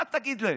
מה תגיד להם?